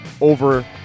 over